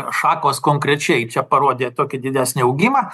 šakos konkrečiai čia parodė tokį didesnį augimą